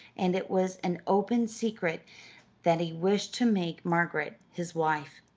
and it was an open secret that he wished to make margaret his wife.